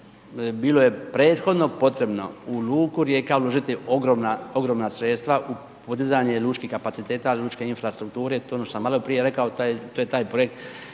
bilo je prethodno potrebno u luku Rijeka uložiti ogromna sredstva u podizanje lučkih kapaciteta, lučke infrastrukture, to je ono što sam maloprije rekao, to je taj projekt